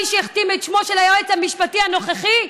מי שהכתים את שמו של היועץ המשפטי הנוכחי,